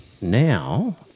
now